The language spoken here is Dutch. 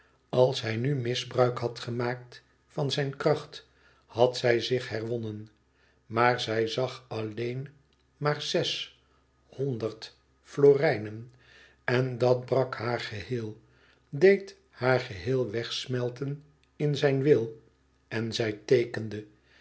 als hij nu misbruik had gemaakt van zijn kracht had zij zich herwonnen maar zij zag alleen maar zes honderd florijnen en dat brak haar geheel deed haar geheel wegsmelten in zijn wil en zij teekende